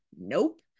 Nope